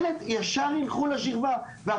ישר ילכו לשכבה ה'-ו'.